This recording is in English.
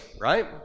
right